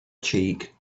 cheek